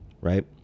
right